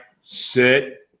sit